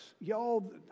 Y'all